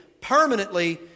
Permanently